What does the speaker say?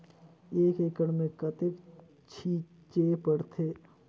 एक एकड़ मे कतेक छीचे पड़थे?